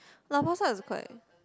lau-pa-sat is quite